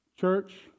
Church